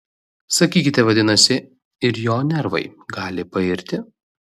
sakykite vadinasi ir jo nervai gali pairti